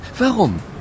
Warum